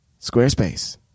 Squarespace